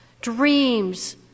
dreams